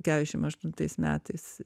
kešim aštuntais metais